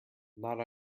not